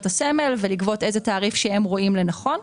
הסמל ולגבות איזה תעריף שהם רואים לנכון.